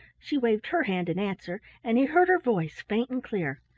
she waved her hand in answer, and he heard her voice faint and clear.